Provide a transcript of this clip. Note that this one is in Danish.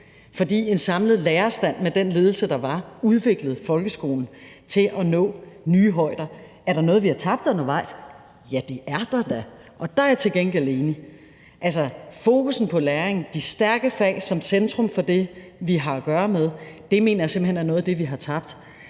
fordi en samlet lærerstand med den ledelse, der var, udviklede folkeskolen til at nå nye højder. Er der noget, vi har tabt undervejs? Ja, det er der da, og der er jeg til gengæld enig. Fokussen på læring, de stærke fag som centrum for det, vi har at gøre med, mener jeg simpelt hen er noget af det, vi har tabt.